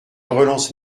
relance